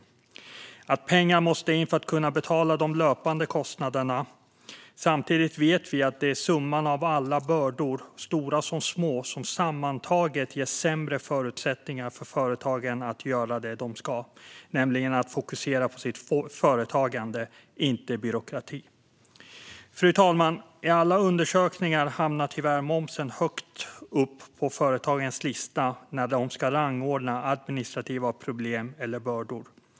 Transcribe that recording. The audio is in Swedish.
Det handlar om att pengar måste in för att kunna betala de löpande kostnaderna. Samtidigt vet vi att det är summan av alla bördor, stora som små, som sammantaget ger sämre förutsättningar för företagen att göra det de ska, nämligen att fokusera på sitt företagande och inte på byråkrati. Fru talman! I alla undersökningar hamnar tyvärr momsen högt upp på företagens lista när de ska rangordna administrativa problem eller bördor.